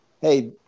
hey